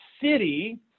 city